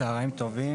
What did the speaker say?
צוהריים טובים.